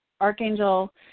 Archangel